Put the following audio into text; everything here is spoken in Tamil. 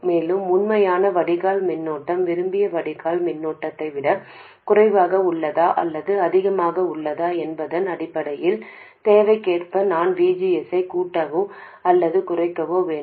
மேலும் உண்மையான வடிகால் மின்னோட்டம் விரும்பிய வடிகால் மின்னோட்டத்தை விட குறைவாக உள்ளதா அல்லது அதிகமாக உள்ளதா என்பதன் அடிப்படையில் தேவைக்கேற்ப நான் V G S ஐ கூட்டவோ அல்லது குறைக்கவோ வேண்டும்